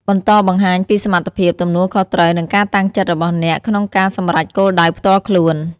បន្តបង្ហាញពីសមត្ថភាព ទំនួលខុសត្រូវ និងការតាំងចិត្តរបស់អ្នកក្នុងការសម្រេចគោលដៅផ្ទាល់ខ្លួន។